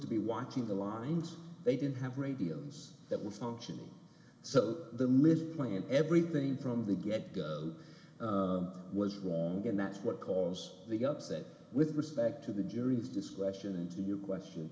to be watching the lines they didn't have radios that were functioning so the mid point everything from the get go was wrong and that's what cause the upset with respect to the jury's discretion to you question